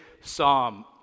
Psalm